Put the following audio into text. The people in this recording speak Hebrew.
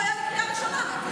לא הייתה קריאה ראשונה.